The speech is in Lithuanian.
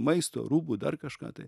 maisto rūbų dar kažką tai